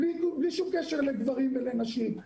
וזה בלי שום קשר לגברים ונשים.